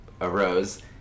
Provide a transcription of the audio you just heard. arose